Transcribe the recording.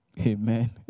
Amen